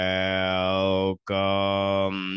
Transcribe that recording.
welcome